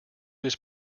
was